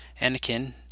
Anakin